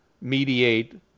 mediate